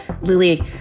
Lily